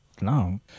no